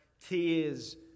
tears